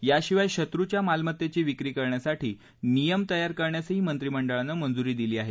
याशिवाय शत्रूच्या मालमत्तेची विक्री करण्यासाठी नियम तयार करण्यासही मंत्रिमंडळानं मंजुरी दिली आहे